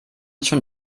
schon